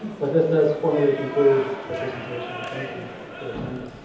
but this does formally conclude the presentation. thank you for attending.